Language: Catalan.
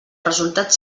resultat